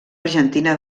argentina